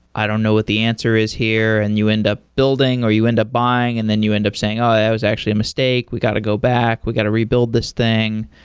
i don't know what the answer is here, and you end up building, or you end up buying and then you end up saying, oh, that was actually a mistake. we got to go back. we got to rebuild this thing.